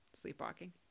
sleepwalking